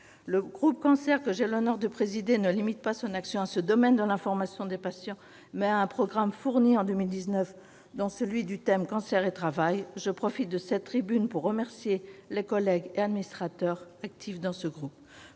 Le groupe Cancer, que j'ai l'honneur de présider, ne limite pas son action à ce domaine de l'information des patients. Il a un programme fourni en 2019, dont l'examen du thème « cancer et travail ». Je profite de cette tribune pour remercier les collègues et les administrateurs actifs dans ce groupe.